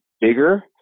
bigger